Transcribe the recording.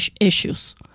issues